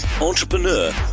entrepreneur